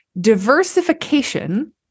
diversification